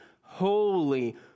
holy